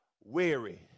weary